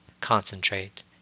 concentrate